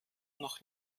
noch